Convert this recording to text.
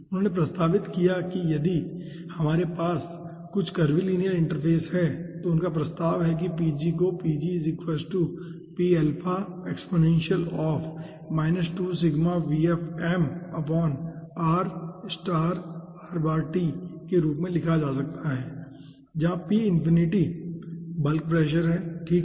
उन्होंने प्रस्तावित किया कि यदि हमारे पास कुछ करविलिनियर इंटरफ़ेस हैं तो उनका प्रस्ताव है किको के रूप में लिखा जा सकता है जहां P∞ बल्क प्रेशर है ठीक है